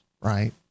right